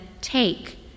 Take